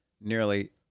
nearly